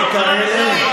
מילים כאלה?